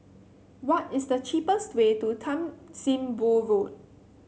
what is the cheapest way to Tan Sim Boh Road